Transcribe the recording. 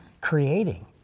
creating